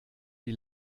die